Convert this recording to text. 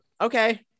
Okay